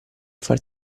far